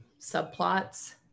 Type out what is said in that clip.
subplots